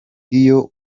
iyo